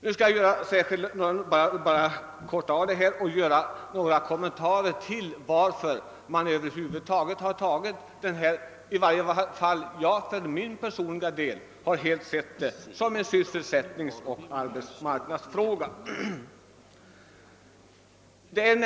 Jag skall korta av mitt anförande och bara göra några kommentarer till varför jag för min personliga del helt har sett detta som en sysselsättningsoch arbetsmarknadsfråga.